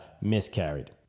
miscarried